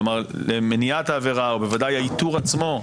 למניעת העבירה או בוודאי האיתור עצמו,